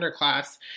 underclass